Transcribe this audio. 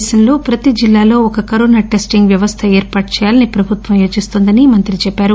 దేశంలో ప్రతి జిల్లాలో ఒక టెస్టింగ్ వ్యవస్ల ఏర్పాటు చేయాలని ప్రభుత్వం యోచిస్తోందని ఆయన చెప్పారు